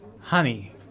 honey